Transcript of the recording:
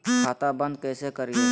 खाता बंद कैसे करिए?